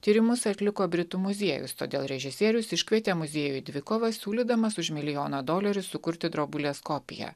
tyrimus atliko britų muziejus todėl režisierius iškvietė muziejų į dvikovą siūlydamas už milijoną dolerių sukurti drobulės kopiją